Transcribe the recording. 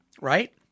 right